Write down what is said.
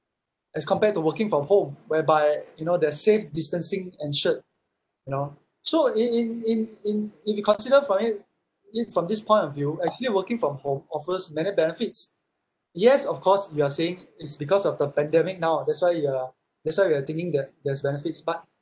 as compared to working from home whereby you know they're safe distancing ensured you know so in in in in if you consider from it it from this point of view actually working from home offers many benefits yes of course we are saying it's because of the pandemic now that's why uh that's why we are thinking that there's benefits but